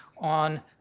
on